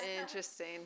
Interesting